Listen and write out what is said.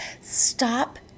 Stop